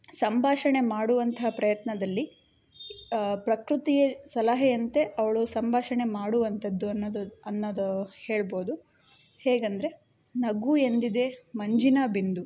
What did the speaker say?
ಸಂಭಾಷಣೆ ಮಾಡುವಂತಹ ಪ್ರಯತ್ನದಲ್ಲಿ ಪ್ರಕೃತಿಯ ಸಲಹೆಯಂತೆ ಅವಳು ಸಂಭಾಷಣೆ ಮಾಡುವಂಥದ್ದು ಅನ್ನೋದು ಅನ್ನೋದೂ ಹೇಳ್ಬೋದು ಹೇಗಂದರೆ ನಗು ಎಂದಿದೆ ಮಂಜಿನ ಬಿಂದು